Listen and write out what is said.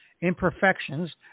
imperfections